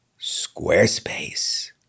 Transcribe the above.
Squarespace